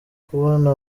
kubona